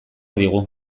digu